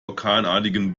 orkanartigen